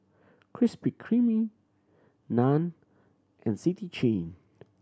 Krispy Kreme Nan and City Chain